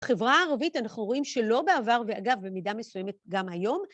בחברה ערבית, אנחנו רואים שלא בעבר, ואגב, במידה מסוימת גם היום.